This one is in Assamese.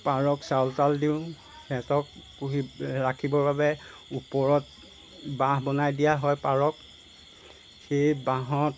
পাৰক চাউল তাউল দিওঁ সেহেঁতক পুহি ৰাখিবৰ বাবে ওপৰত বাহ বনাই দিয়া হয় পাৰক সেই বাহত